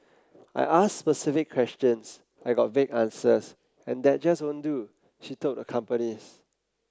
I asked specific questions I got vague answers and that just won't do she told the companies